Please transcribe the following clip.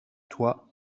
toi